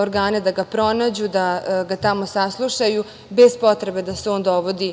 organe da ga pronađu, da ga tamo saslušaju, bez potrebe da se on dovodi